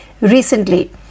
recently